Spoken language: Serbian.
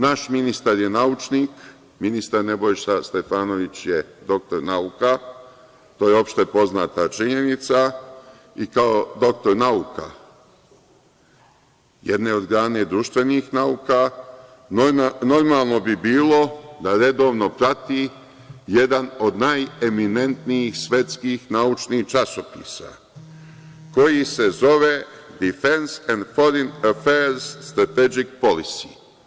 Naš ministar je naučnik, ministar Nebojša Stefanović je doktor nauka, to je opšte poznata činjenica, i kao doktor nauka, jedne od grane društvenih nauka, normalno bi bilo da redovno prati jedan od najeminentnijih svetskih naučnih časopisa koji se zove „Difens en forin elfes stratedžik polisi“